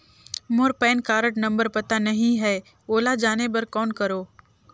मोर PAN card number पता नहीं है, ओला जाने बर कौन करो?